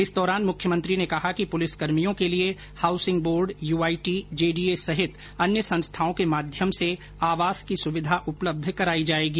इस दौरान मुख्यमंत्री ने कहा कि पुलिसकर्मियों के लिए हाउसिंग बोर्ड यूआईटी जेडीए सहित अन्य संस्थाओं के माध्यम से आवास की सुविधा उपलब्ध कराई जायेगी